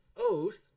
oath